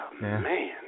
man